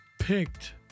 picked